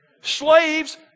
Slaves